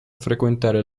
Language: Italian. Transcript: frequentare